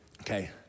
okay